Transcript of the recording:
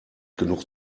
genug